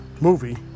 movie